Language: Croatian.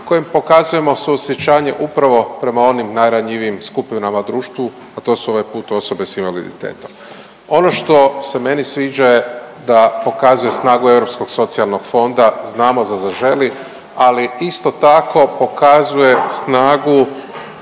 kojim pokazujemo suosjećanje upravo prema onim najranjivijim skupinama društva a to su ovaj put osobe sa invaliditetom. Ono što se meni sviđa je da pokazuje snagu Europskog socijalnog fonda, znamo za Zaželi, ali isto tako pokazuje snagu